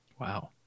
Wow